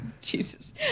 Jesus